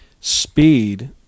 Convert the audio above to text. speed